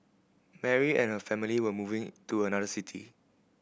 Mary and her family were moving to another city